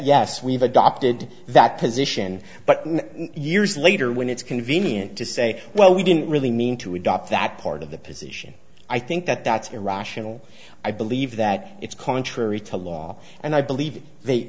yes we've adopted that position but years later when it's convenient to say well we didn't really mean to adopt that part of the position i think that that's irrational i believe that it's contrary to law and i believe th